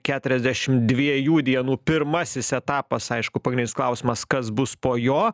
keturiasdešim dviejų dienų pirmasis etapas aišku pagrinis klausimas kas bus po jo